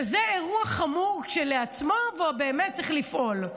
שזה אירוע חמור כשלעצמו, ובאמת צריך לפעול.